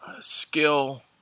Skill